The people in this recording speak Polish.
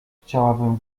chciałbym